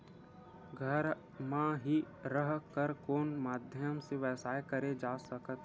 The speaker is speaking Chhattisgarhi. घर म हि रह कर कोन माध्यम से व्यवसाय करे जा सकत हे?